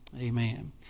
Amen